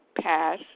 pass